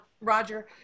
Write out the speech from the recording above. Roger